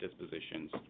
dispositions